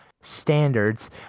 standards